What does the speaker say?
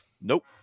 Nope